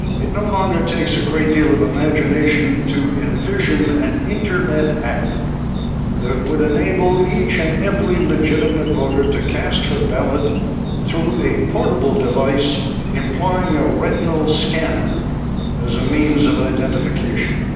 it no longer takes a great deal of imagination to envision an internet app that would enable each and every legitimate voter to cast her ballot through a portable device employing a retinal scanner as a means of identification.